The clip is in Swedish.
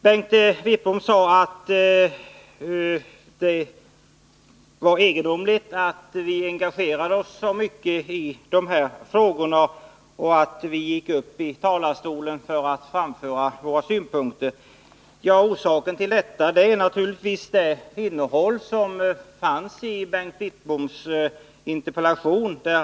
Bengt Wittbom tyckte att det var egendomligt att vi engagerade oss så starkt i dessa frågor och att vi gick upp i talarstolen för att framföra våra synpunkter. Orsaken är naturligtvis innehållet i Bengt Wittboms interpellation.